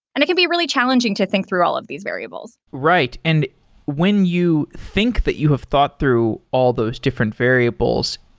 and it can be really challenging to think through all of these variables right. and when you think that you have thought through all those different variables,